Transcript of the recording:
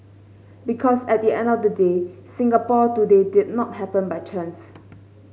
because at the end of the day Singapore today did not happen by chance